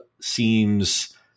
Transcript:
seems